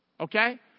Okay